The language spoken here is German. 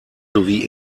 sowie